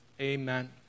amen